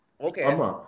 okay